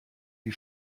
die